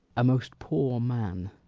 a most poor man,